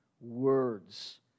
words